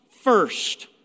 first